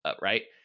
right